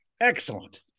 Excellent